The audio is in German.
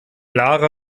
lara